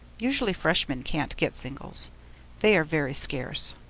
usually freshmen can't get singles they are very scarce,